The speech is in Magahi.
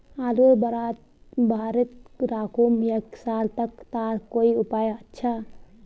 आलूर बारित राखुम एक साल तक तार कोई उपाय अच्छा?